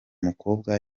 mukobwa